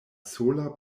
sola